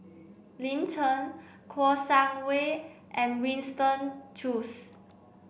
Lin Chen Kouo Shang Wei and Winston Choos